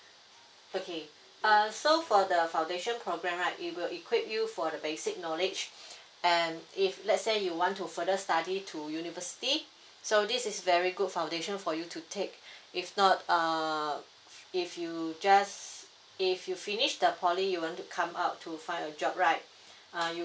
okay err so for the foundation program right it will equip you for the basic knowledge and if let's say you want to further study to university so this is very good foundation for you to take if not err if you just if you finish the poly you want to come out to find a job right err you